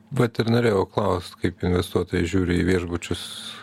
vat ir norėjau klaust kaip investuotojai žiūri į viešbučius